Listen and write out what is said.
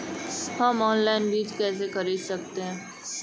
हम ऑनलाइन बीज कैसे खरीद सकते हैं?